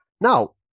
Now